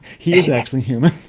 he's actually human.